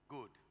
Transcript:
Good